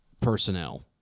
personnel